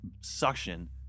suction